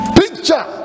picture